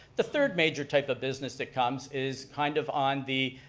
the third major type of business that comes is kind of on the,